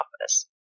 office